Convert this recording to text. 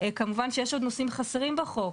כמובן שיש עוד נושאים חסרים בחוק.